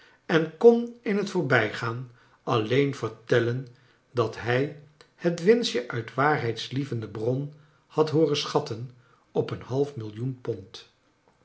en kon in het voorbijgaan alleen vertellen dat hij het winstjeuit waarheidlievende bron hadl hooren schatten op een half millioen